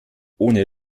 ohne